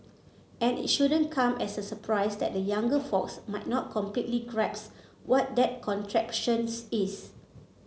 and it shouldn't come as a surprise that the younger folks might not completely grasp what that contraptions is